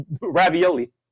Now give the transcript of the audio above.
ravioli